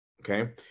okay